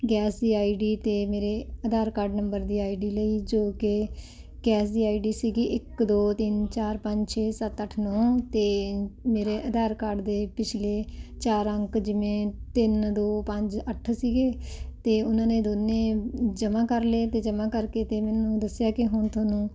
gas ਦੀ I D ਅਤੇ ਮੇਰੇ ਆਧਾਰ ਕਾਰਡ ਨੰਬਰ ਦੀ ਆਈ ਡੀ ਲਈ ਜੋ ਕਿ ਗੈਸ ਦੀ ਆਈ ਡੀ ਸੀਗੀ ਇੱਕ ਦੋ ਤਿੰਨ ਚਾਰ ਪੰਜ ਛੇ ਸੱਤ ਅੱਠ ਨੌ ਅਤੇ ਮੇਰੇ ਆਧਾਰ ਕਾਰਡ ਦੇ ਪਿਛਲੇ ਚਾਰ ਅੰਕ ਜਿਵੇਂ ਤਿੰਨ ਦੋ ਪੰਜ ਅੱਠ ਸੀਗੇ ਅਤੇ ਉਹਨਾਂ ਨੇ ਦੋਨੇ ਜਮਾਂ ਕਰ ਲਏ ਅਤੇ ਜਮਾਂ ਕਰਕੇ ਅਤੇ ਮੈਨੂੰ ਦੱਸਿਆ ਕਿ ਹੁਣ ਤੁਹਾਨੂੰ